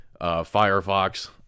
Firefox